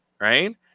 right